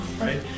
right